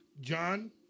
John